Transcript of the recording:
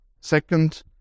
second